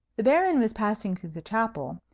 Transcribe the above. the baron was passing through the chapel,